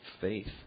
faith